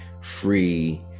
free